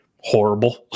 horrible